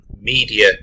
media